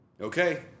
Okay